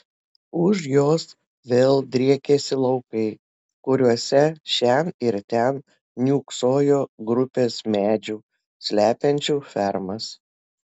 už jos vėl driekėsi laukai kuriuose šen ir ten niūksojo grupės medžių slepiančių fermas